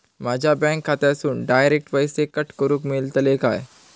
माझ्या बँक खात्यासून डायरेक्ट पैसे कट करूक मेलतले काय?